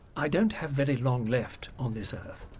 i don't have very long left on this earth.